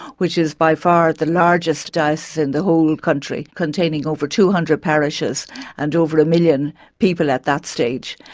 which is by far the largest diocese in the whole country, containing over two hundred parishes and over a million people at that stage,